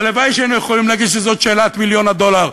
הלוואי שהיינו יכולים להגיד שזאת שאלת מיליון הדולר.